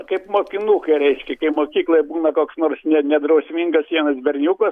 kaip mokinukai reiškia kaip mokykloje būna koks nors ne nedrausmingas vienas berniukas